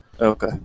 Okay